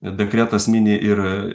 dekretas mini ir